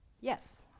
yes